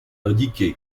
indiqué